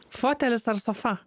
fotelis ar sofa